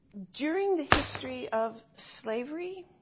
during the history of slavery,